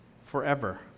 forever